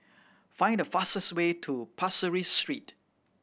find the fastest way to Pasir Ris Street